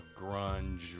grunge